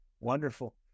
Wonderful